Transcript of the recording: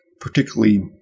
particularly